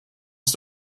ist